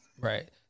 right